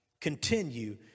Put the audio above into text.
Continue